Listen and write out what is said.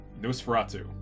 Nosferatu